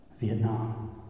Vietnam